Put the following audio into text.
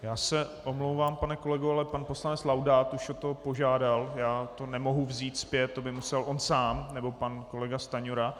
Já se omlouvám, pane kolego, ale pan poslanec Laudát už o to požádal, já to nemohu vzít zpět, to by musel on sám nebo pan kolega Stanjura.